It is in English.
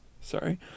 sorry